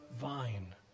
vine